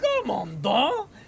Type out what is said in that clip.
Commandant